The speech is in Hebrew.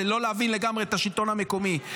זה לא להבין לגמרי את השלטון המקומי.